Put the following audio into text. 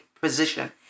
position